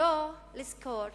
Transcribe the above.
שלא לזכור